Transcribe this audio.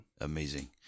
amazing